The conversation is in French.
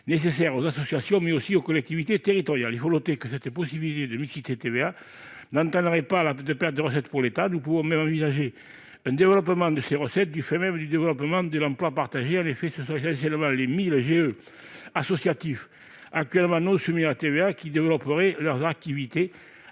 nécessaires aux associations, mais aussi aux collectivités territoriales. Il faut noter que cette possibilité de mixité n'entraînerait pas de perte de recettes pour l'État. Nous pouvons même envisager un développement de ces recettes du fait du développement de l'emploi partagé. En effet, ce sont essentiellement les 1 000 groupements d'employeurs associatifs actuellement non soumis à la TVA qui développeraient leur activité